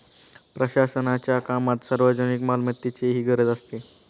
प्रशासनाच्या कामात सार्वजनिक मालमत्तेचीही गरज असते